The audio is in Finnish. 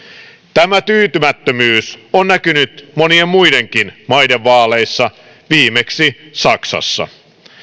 tämä tyytymättömyys on näkynyt monien muidenkin maiden vaaleissa viimeksi saksassa